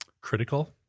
critical